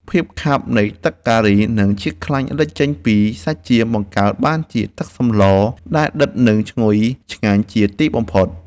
ភាពខាប់នៃទឹកការីនិងជាតិខ្លាញ់ចេញពីសាច់ចៀមបង្កើតបានជាទឹកសម្លដែលដិតនិងឈ្ងុយឆ្ងាញ់ជាទីបំផុត។